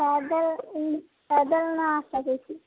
पैदल पैदल नहि आ सकै छी